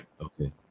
Okay